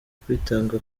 kwitanga